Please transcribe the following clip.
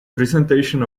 presentation